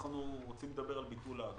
אנחנו רוצים לדבר על ביטול האגרה.